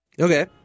Okay